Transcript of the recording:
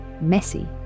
Messy